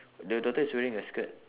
the daughter is wearing a skirt